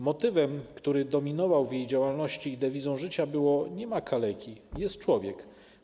Motywem, który dominował w jej działalności, i dewizą życia było zdanie: „Nie ma kaleki, jest człowiek”